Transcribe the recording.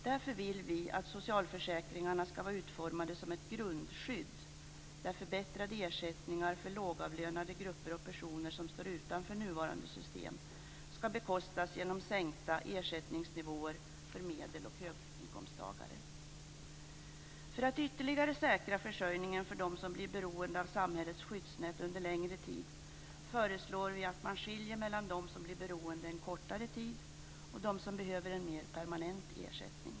Därför vill vi att socialförsäkringarna skall vara utformade som ett grundskydd, där förbättrade ersättningar för lågavlönade grupper och personer som står utanför nuvarande system skall bekostas genom sänkta ersättningsnivåer för medel och höginkomsttagare. För att ytterligare säkra försörjningen för dem som blir beroende av samhällets skyddsnät under längre tid föreslår vi att man skiljer mellan dem som blir beroende en kortare tid och dem som behöver en mer permanent ersättning.